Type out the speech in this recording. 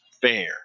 fair